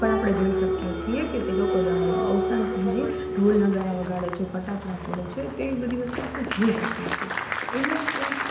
પણ આપણે જોઈ શકીએ છીએ કે તે લોકો અવસાન સમયે ઢોલ નગારા વગાડે છે ફટાકડા ફોડે છે તેવી બધી વસ્તુઓ આપણે જોઈ શકીએ છીએ એમ જ તેમ